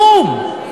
כלום.